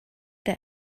der